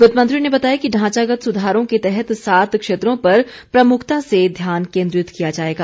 वित्त मंत्री ने बताया कि ढांचागत सुधारों के तहत सात क्षेत्रों पर प्रमुखता से ध्यान केन्द्रित किया जाएगा